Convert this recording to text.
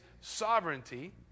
sovereignty